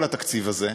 כל התקציב הזה,